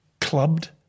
clubbed